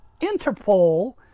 Interpol